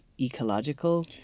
ecological